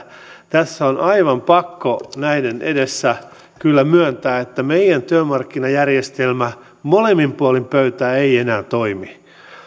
tässä on aivan pakko näiden edessä kyllä myöntää että meidän työmarkkinajärjestelmä molemmin puolin pöytää ei enää toimi